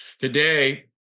Today